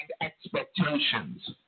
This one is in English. expectations